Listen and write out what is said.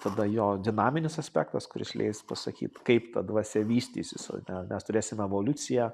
tada jo dinaminis aspektas kuris leis pasakyt kaip ta dvasia vystysis ar ne mes turėsim evoliuciją